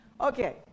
Okay